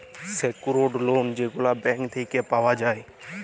secured loan যেগলা bank থ্যাইকে পাউয়া যায়